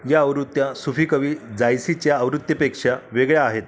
या आवृत्त्या सूफी कवी जायसीच्या आवृत्तीपेक्षा वेगळ्या आहेत